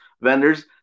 vendors